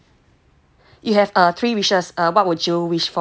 if you have err three wishes what would you wish for